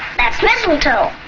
that's mistletoe.